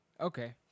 Okay